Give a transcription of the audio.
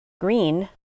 Green